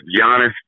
Giannis